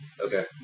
Okay